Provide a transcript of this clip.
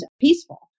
peaceful